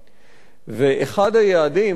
ואחד היעדים, כך אנחנו קוראים,